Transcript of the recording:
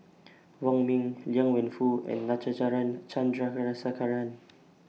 Wong Ming Liang Wenfu and Natarajan Chandrasekaran